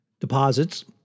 deposits